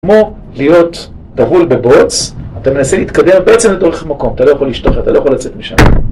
כמו להיות טבול בבוץ, אתה מנסה להתקדם בעצם דורך מקום, אתה לא יכול להשתחרר, אתה לא יכול לצאת משם